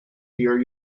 here